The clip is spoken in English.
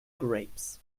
grapes